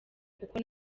kuko